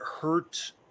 hurt